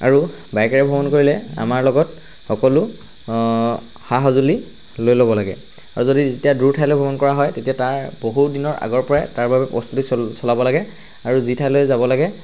আৰু বাইকেৰে ভ্ৰমণ কৰিলে আমাৰ লগত সকলো সা সঁজুলি লৈ ল'ব লাগে আৰু যদি যেতিয়া দূৰ ঠাইলৈ ভ্ৰমণ কৰা হয় তেতিয়া তাৰ বহু দিনৰ আগৰপৰাই তাৰ বাবে প্ৰস্তুতি চলাব লাগে আৰু যি ঠাইলৈ যাব লাগে